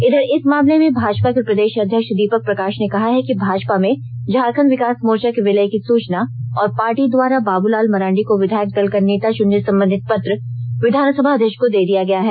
इधर इस मामले में भाजपा के प्रदेष अध्यक्ष दीपक प्रकाष ने कहा है कि भाजपा में झारखंड विकास मोर्चा के विलय की सूचना और पार्टी द्वारा बाबूलाल मरांडी को विधायक दल का नेता चुनने संबंधी पत्र विधानसभा अध्यक्ष को दे दी गई है